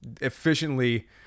efficiently